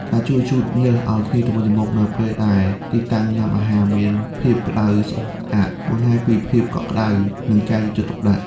ការជួយជូតញើសឱ្យគ្នាទៅវិញទៅមក នៅពេលដែលទីតាំងញ៉ាំអាហារមានភាពក្ដៅស្អុះស្អាប់ បង្ហាញពីភាពកក់ក្ដៅ និងការយកចិត្តទុកដាក់។